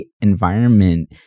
environment